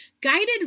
guided